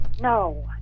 no